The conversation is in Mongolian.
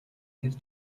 тэр